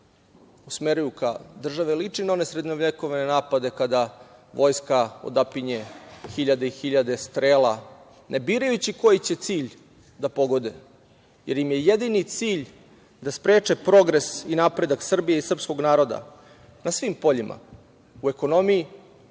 usmeravaju ka državi liči na one srednjevekovne napade kada vojska odapinje hiljade i hiljade strela ne birajući koji će cilj da pogode, jer im je jedini cilj da spreče progres i napredak Srbije i srpskog naroda na svim poljima, u ekonomiji,